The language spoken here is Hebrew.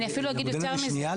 ואני אפילו אגיד יותר מזה --- שנייה.